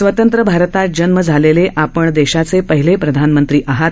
स्वतंत्र भारतात जन्म झालेले आपण देशाचे पहिले प्रधानमंत्री आहात